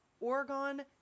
Oregon